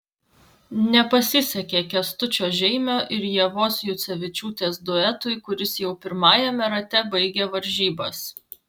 nepasisekė kęstučio žeimio ir ievos jucevičiūtės duetui kuris jau pirmajame rate baigė varžybas